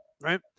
right